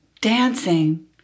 dancing